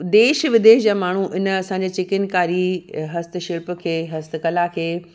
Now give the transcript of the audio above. देश विदेश जा माण्हू आहिनि असांजा चिकिनकारी हस्तशिल्प खे हस्तकला खे